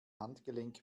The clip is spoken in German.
handgelenk